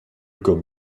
comme